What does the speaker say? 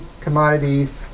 commodities